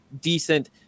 decent